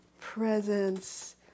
presence